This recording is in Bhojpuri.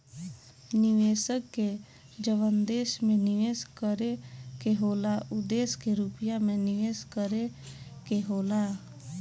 निवेशक के जवन देश में निवेस करे के होला उ देश के रुपिया मे निवेस करे के होला